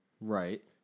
Right